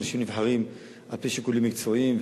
אנשים נבחרים על-פי שיקולים מקצועיים,